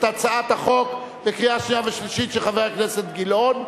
את הצעת החוק המובאת לקריאה שנייה ושלישית של חבר הכנסת גילאון.